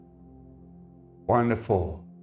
Wonderful